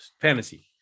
fantasy